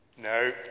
No